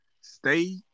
stay